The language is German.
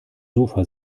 sofa